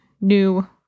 new